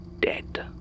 dead